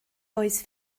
oes